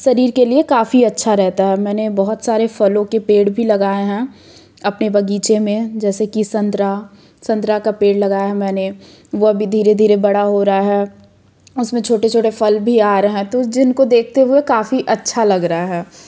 शरीर के लिए काफ़ी अच्छा रहता है और मैंने बहुत सारे फलों के पेड़ भी लगाये हैं अपने बगीचे में जैसे कि संतरा संतरा का पेड़ लगाया है मैंने वह अभी धीरे धीरे बड़ा हो रहा है उसमें छोटे छोटे फल भी आ रहे हैं तो जिनको देखते हुए काफ़ी अच्छा लग रहा है